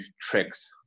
tricks